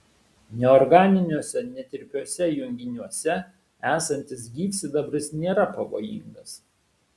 neorganiniuose netirpiuose junginiuose esantis gyvsidabris nėra pavojingas